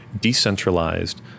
decentralized